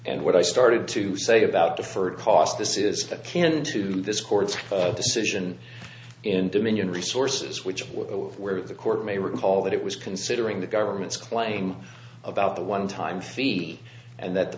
and what i started to say about deferred cost this is akin to this court's decision in dominion resources which were the court may recall that it was considering the government's claim about the one time fee and that the